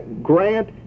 Grant